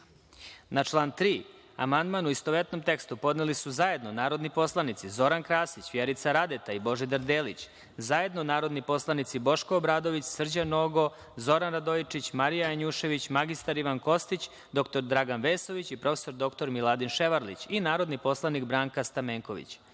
član 3. amandman u istovetnom tekstu podneli su narodni poslanici Zoran Krasić, Vjerica Radeta i Božidar Delić, zajedno narodni poslanici Boško Obradović, Srđan Nogo, Zoran Radojičić, Marija Janjušević, mr Ivan Kostić, dr Dragan Vesović i prof. dr Miladin Ševarlić i narodni poslanik Branka Stamenković. Reč